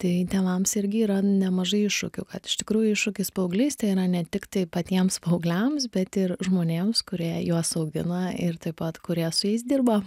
tai tėvams irgi yra nemažai iššūkių kad iš tikrųjų iššūkis paauglystė yra ne tiktai patiems paaugliams bet ir žmonėms kurie juos augina ir taip pat kurie su jais dirba